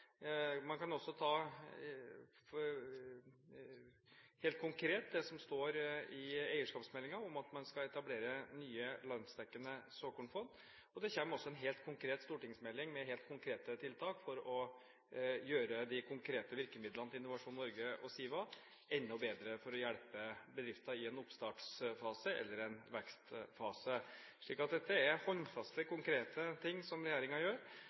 Man kan også ta helt konkret det som står i eierskapsmeldingen om at man skal etablere nye landsdekkende såkornfond, og det kommer også en helt konkret stortingsmelding med helt konkrete tiltak for å gjøre de konkrete virkemidlene til Innovasjon Norge og SIVA enda bedre for å hjelpe bedrifter i en oppstartsfase eller en vekstfase. Dette er håndfaste, konkrete ting som regjeringen gjør